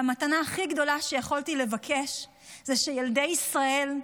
והמתנה הכי גדולה שיכולתי לבקש היא שילדי ישראל,